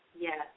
Yes